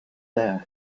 there